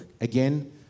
Again